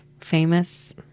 famous